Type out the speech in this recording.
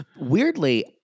Weirdly